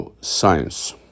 science